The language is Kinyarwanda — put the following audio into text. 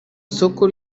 isoko